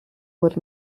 would